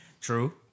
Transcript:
True